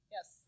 Yes